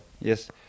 Yes